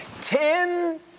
Ten